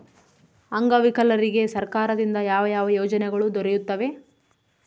ಅಂಗವಿಕಲರಿಗೆ ಸರ್ಕಾರದಿಂದ ಯಾವ ಯಾವ ಯೋಜನೆಗಳು ದೊರೆಯುತ್ತವೆ?